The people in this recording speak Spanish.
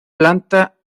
planta